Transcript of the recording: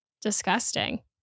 disgusting